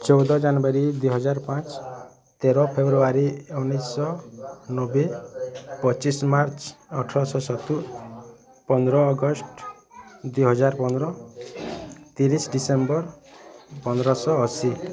ଚଉଦ ଜାନୁଆରୀ ଦୁଇ ହଜାର ପାଞ୍ଚ ତେର ଫେବୃଆରୀ ଉଣେଇଶ ନବେ ପଚିଶ ମାର୍ଚ୍ଚ ଅଠରଶହସତୁରୀ ପନ୍ଦର ଅଗଷ୍ଟ ଦୁଇ ହଜାର ପନ୍ଦର ତିରିଶ ଡିସେମ୍ବର ପନ୍ଦରଶହ ଅଶୀ